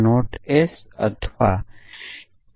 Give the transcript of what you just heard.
S અથવા T